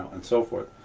and so forth.